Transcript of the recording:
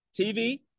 TV